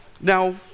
Now